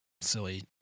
silly